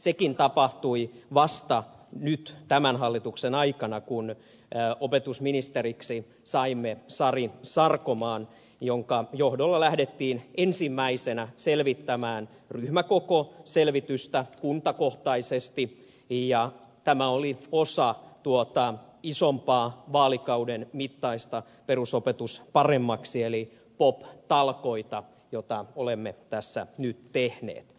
sekin tapahtui vasta nyt tämän hallituksen aikana kun opetusministeriksi saimme sari sarkomaan jonka johdolla lähdettiin ensimmäisenä tekemään ryhmäkokoselvitystä kuntakohtaisesti ja tämä oli osa tuota isompaa vaalikauden mittaista perusopetus paremmaksi ohjelmaa eli pop talkoita jota olemme tässä nyt tehneet